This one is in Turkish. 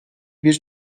bir